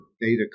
data